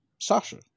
sasha